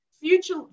future